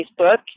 Facebook